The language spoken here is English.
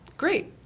great